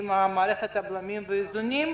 עם מערכת הבלמים והאיזונים.